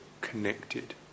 connected